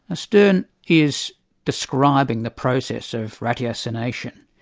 sterne is describing the process of ratiocination,